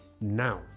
now